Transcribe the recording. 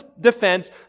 defense